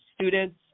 students